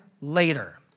later